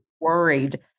worried